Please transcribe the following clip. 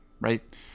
right